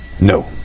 No